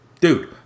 Dude